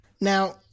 Now